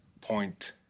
point